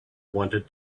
wanted